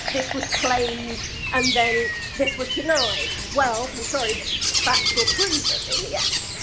this was claimed and then this was denied. well, i'm sorry, but facts were proven in the end,